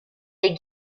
est